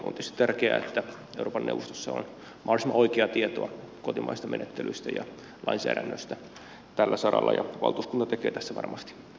on tietysti tärkeää että euroopan neuvostossa on mahdollisimman oikeaa tietoa kotimaisista menettelyistä ja lainsäädännöstä tällä saralla ja valtuuskunta tekee tässä varmasti parhaansa